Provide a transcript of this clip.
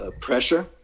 pressure